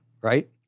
right